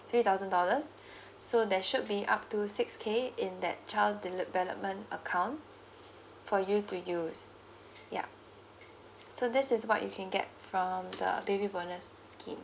three thousand dollars so there should be up to six K in that child development account for you to use ya so this is what you can get from the baby bonus scheme